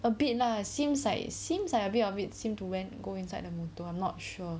a bit lah seems like seems like a bit of it seemed to went go inside the motor I'm not sure